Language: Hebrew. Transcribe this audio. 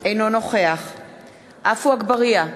אינו נוכח עפו אגבאריה,